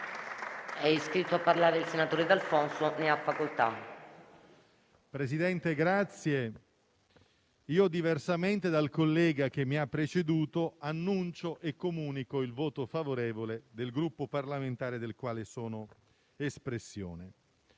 Presidente, diversamente dal collega che mi ha preceduto, annuncio il voto favorevole del Gruppo parlamentare del quale sono espressione.